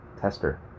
tester